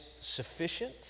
sufficient